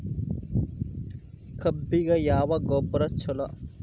ಕಬ್ಬಿಗ ಯಾವ ಗೊಬ್ಬರ ಛಲೋ?